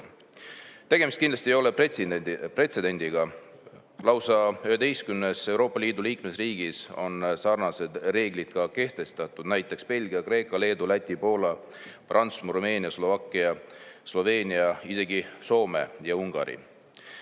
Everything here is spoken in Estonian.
Tegemist kindlasti ei ole pretsedendiga, lausa 11 Euroopa Liidu liikmesriigis on sarnased reeglid kehtestatud, näiteks Belgia, Kreeka, Leedu, Läti, Poola, Prantsusmaa, Rumeenia, Slovakkia, Sloveenia, isegi Soome ja Ungari.